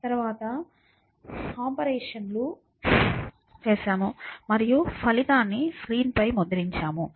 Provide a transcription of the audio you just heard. తర్వాత ఆపరేషన్లు చేసాము మరియు ఫలితాన్ని స్క్రీన్ పై ముద్రించాము